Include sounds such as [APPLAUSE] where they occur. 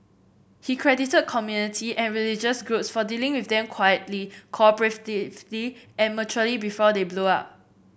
he credited community and religious [UNINTELLIGIBLE] for dealing with them quietly cooperatively and maturely before they blow up